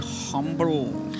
humble